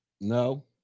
No